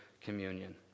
communion